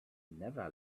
never